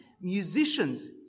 Musicians